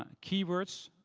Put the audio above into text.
um keywords.